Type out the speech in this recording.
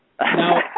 Now